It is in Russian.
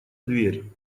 дверь